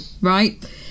right